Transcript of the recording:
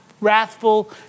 wrathful